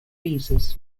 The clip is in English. visas